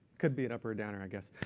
could be an upper or downer, i guess.